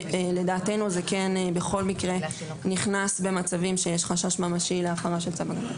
לדעתנו זה בכל מקרה נכנס במצבים שיש חשש ממשי להפרה של צו הגנה.